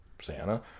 Santa